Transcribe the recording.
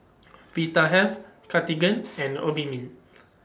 Vitahealth Cartigain and Obimin